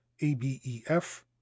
abef